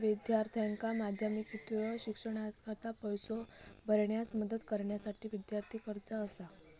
विद्यार्थ्यांका माध्यमिकोत्तर शिक्षणाकरता पैसो भरण्यास मदत करण्यासाठी विद्यार्थी कर्जा असा